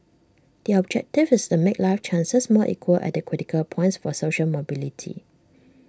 the objective is to make life chances more equal at the critical points for social mobility